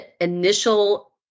initial